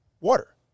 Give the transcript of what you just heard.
water